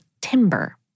timber